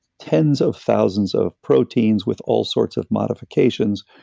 tens of thousands of proteins with all sorts of modifications.